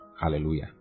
Hallelujah